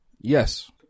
Yes